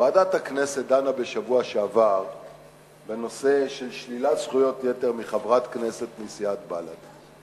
ועדת הכנסת דנה בשבוע שעבר בשלילת זכויות יתר מחברת כנסת מסיעת בל"ד.